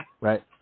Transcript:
Right